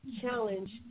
challenge